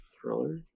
thriller